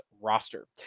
roster